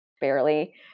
barely